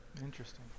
interesting